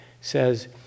says